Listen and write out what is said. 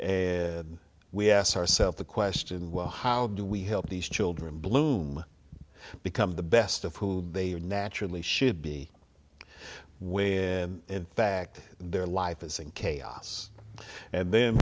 and we ask ourselves the question well how do we help these children bloom become the best of who they are naturally should be when in fact their life is in chaos and then